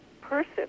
person